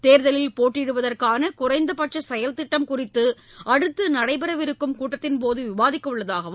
தேர்தல் போட்டியிடுவதற்கான குறைந்தபட்ச செயல் திட்டம் குறித்து அடுத்து நடைபெறவிருக்கும் கூட்டத்தின்போது விவாதிக்கவுள்ளதாக மு